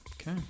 Okay